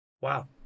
Wow